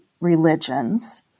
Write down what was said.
religions